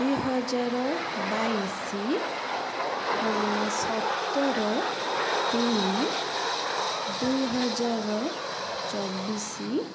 ଦୁଇ ହଜାର ବାଇଶି ସତର ତିନି ଦୁଇ ହଜାର ଚବିଶି